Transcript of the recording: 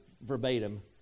verbatim